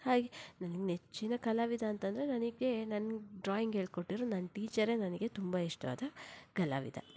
ಹಾಗೆ ನನ್ನ ನೆಚ್ಚಿನ ಕಲಾವಿದ ಅಂತಂದರೆ ನನಗೆ ನನ್ನ ಡ್ರಾಯಿಂಗ್ ಹೇಳ್ಕೊಟ್ಟಿರೋ ನನ್ನ ಟೀಚರೇ ನನಗೆ ತುಂಬ ಇಷ್ಟ ಆದ ಕಲಾವಿದ